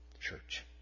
Church